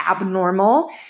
abnormal